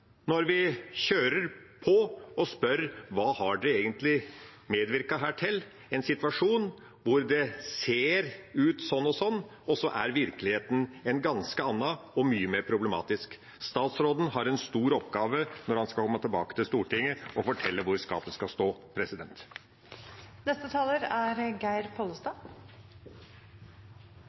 kjører på og spør hva de her egentlig har medvirket til: en situasjon hvor det ser sånn og sånn ut, og så er virkeligheten en ganske annen og mye mer problematisk. Statsråden har en stor oppgave når han skal komme tilbake til Stortinget og fortelle hvor skapet skal stå. Eg tek ordet berre for å seia at eg synest det er